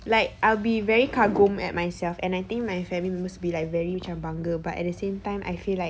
like I'll be very kagum at myself and I think my family must be like very macam bangga but at the same time I feel like